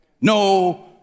no